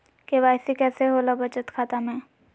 KYC कैसे होला बचत खाता में?